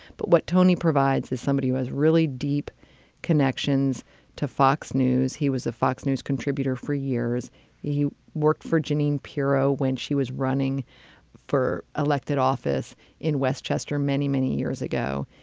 but what tony provides is somebody who has really deep connections to fox news. he was a fox news contributor for years you worked for jeanine pirro when she was running for elected office in westchester many, many years ago.